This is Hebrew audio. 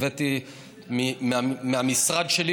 הבאתי מהמשרד שלי,